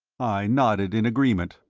i nodded in agreement.